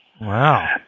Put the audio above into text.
Wow